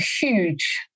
huge